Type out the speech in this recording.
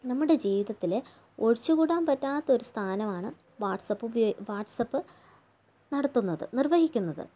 നമ്മുടെ ജീവിതത്തിൽ ഒഴിച്ചു കൂടാൻ പറ്റാത്ത ഒരു സ്ഥാനമാണ് വാട്സസ്ആപ്പ് ഉപയോഗിക്കുക വാട്സ്ആപ്പ് നടത്തുന്നത് നിർവഹിക്കുന്നത്